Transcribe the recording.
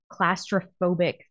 claustrophobic